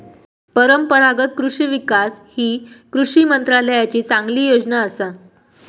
परंपरागत कृषि विकास ही कृषी मंत्रालयाची चांगली योजना असा